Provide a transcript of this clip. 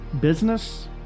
business